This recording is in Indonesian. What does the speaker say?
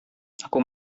aku